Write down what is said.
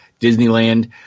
Disneyland